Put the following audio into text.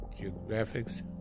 geographics